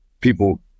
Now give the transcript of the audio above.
people